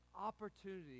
opportunity